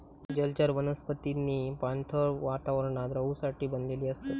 जलचर वनस्पतींनी पाणथळ वातावरणात रहूसाठी बनलेली असतत